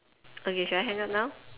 okay should I hang up now